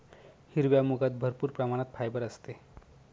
हिरव्या मुगात भरपूर प्रमाणात फायबर असते